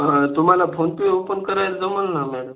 हा तुम्हाला PhonePe open करायला जमल ना मॅम